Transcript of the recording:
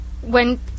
When